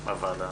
בוועדה.